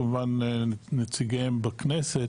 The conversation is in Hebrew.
כמובן נציגיהם בכנסת,